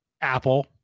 Apple